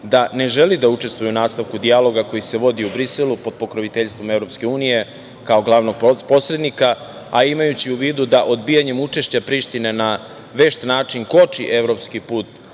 da ne želi učestvovati u nastavku dijaloga koji se vodi u Briselu, pod pokroviteljstvom EU, kao glavnog posrednika, a imajući u vidu da odbijanjem učešća Priština na vešt način koči evropski put